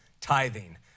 tithing